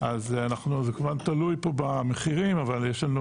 אז זה כמובן תלוי פה במחירים, אבל יש לנו